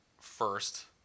first